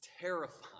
terrifying